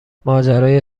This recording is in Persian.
ماجرای